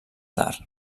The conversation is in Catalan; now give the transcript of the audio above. tard